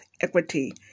equity